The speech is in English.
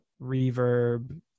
reverb